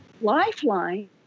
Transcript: lifeline